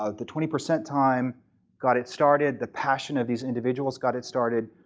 ah the twenty percent time got it started. the passion of these individuals got it started.